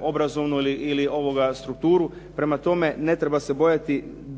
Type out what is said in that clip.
obrazovnu strukturu. Prema tome, ne treba se bojati.